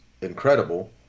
incredible